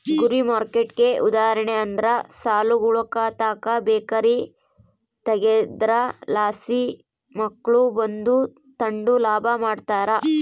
ಗುರಿ ಮಾರ್ಕೆಟ್ಗೆ ಉದಾಹರಣೆ ಅಂದ್ರ ಸಾಲಿಗುಳುತಾಕ ಬೇಕರಿ ತಗೇದ್ರಲಾಸಿ ಮಕ್ಳು ಬಂದು ತಾಂಡು ಲಾಭ ಮಾಡ್ತಾರ